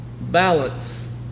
balance